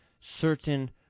Certain